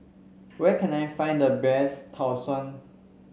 where can I find the best Tau Suan